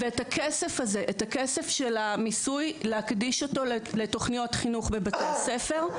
ואת הכסף הזה של המיסוי להקדיש אותו לתוכניות חינוך בבתי הספר.